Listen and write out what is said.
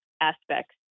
aspects